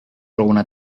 alguna